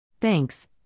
Thanks